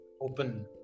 open